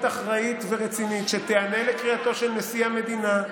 אחראית ורצינית שתיענה לקריאתו של נשיא המדינה,